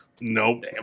Nope